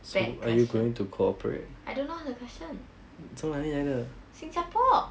bad question I don't know what the question 新加坡